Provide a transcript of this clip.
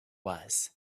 was